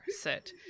sit